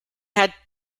had